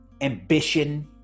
ambition